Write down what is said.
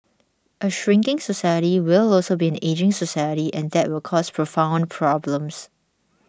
a shrinking society will also be an ageing society and that will cause profound problems